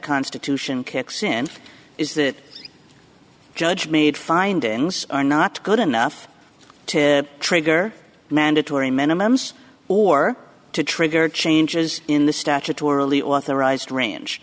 constitution kicks in is that judge made findings are not good enough to trigger mandatory minimums or to trigger changes in the statutorily authorized ran